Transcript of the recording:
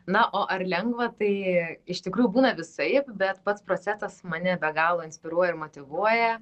na o ar lengva tai iš tikrųjų būna visaip bet pats procesas mane be galo inspiruoja ir motyvuoja